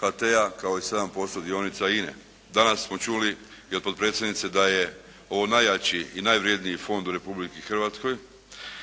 HT-a, kao i 7% dionica INA-e. Danas smo čuli i od potpredsjednice da je ovo najjači i najvrjedniji fond u Republici Hrvatskoj.